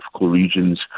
regions